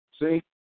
See